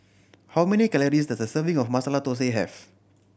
how many calories does a serving of Masala Thosai have